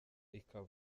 ikaba